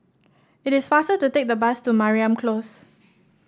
it is faster to take the bus to Mariam Close